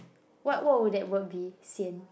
what word would that word be sian